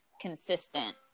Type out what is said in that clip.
consistent